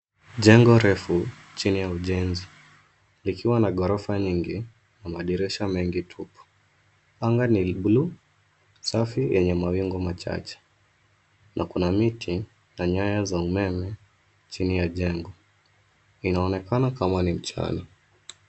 Jengo refu chini ya ujenzi likiwa na ghorafa nyingi na madirisha mengi tupu. Anga ni bluu, safi yenye mawingu machache na kuna miti na nyaya za umeme chini ya jengo. Inaonekana kama ni mchana.